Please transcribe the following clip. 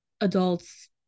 adults